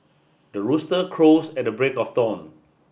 the rooster crows at the break of dawn